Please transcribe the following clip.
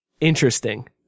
interesting